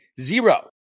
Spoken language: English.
zero